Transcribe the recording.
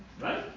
Right